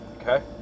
Okay